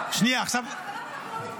אבל למה אנחנו לא מתקדמים?